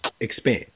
expand